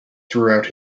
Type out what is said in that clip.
throughout